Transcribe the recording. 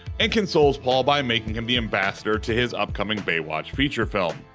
and consoles paul by making him the ambassador to his upcoming baywatch feature film.